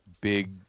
big